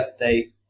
update